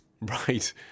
Right